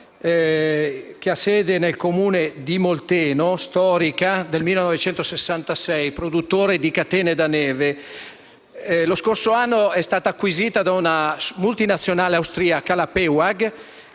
che ha sede nel Comune di Molteno e che produce catene da neve. Lo scorso anno è stata acquisita da una multinazionale austriaca, la Pewag;